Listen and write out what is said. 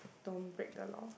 don't break the law